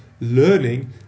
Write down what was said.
learning